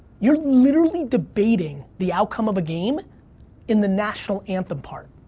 you're literally debating the outcome of a game in the national anthem part.